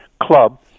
club